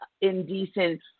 indecent